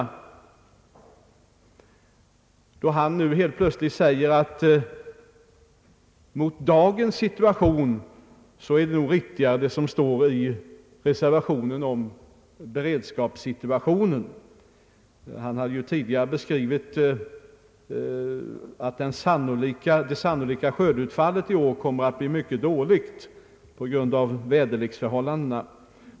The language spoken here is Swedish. Nu säger herr Kristiansson plötsligt att i dagens situation är det riktigt vad som anförts i reservationen om beredskapssituationen. Han har tidigare beskrivit att det sannolika skördeutfallet i år kommer att bli mycket dåligt på grund av väderleksförhållandena.